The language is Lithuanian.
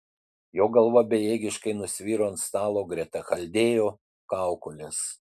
jo galva bejėgiškai nusviro ant stalo greta chaldėjo kaukolės